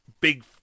big